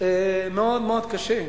מאוד מאוד קשה.